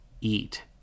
eat